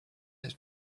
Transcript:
this